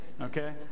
okay